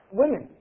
women